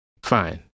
Fine